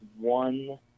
one